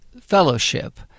fellowship